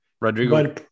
Rodrigo